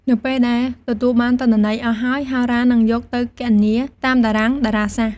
នៅពេលដែលទទួលបានទិន្នន័យអស់ហើយ ហោរានឹងយកទៅគណនា តាមតារាងតារាសាស្ត្រ។